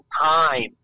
time